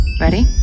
Ready